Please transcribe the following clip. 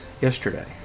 yesterday